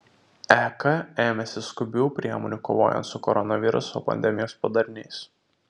ek ėmėsi skubių priemonių kovojant su koronaviruso pandemijos padariniais